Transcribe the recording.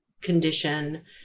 condition